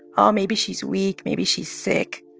oh, maybe she's weak, maybe she's sick,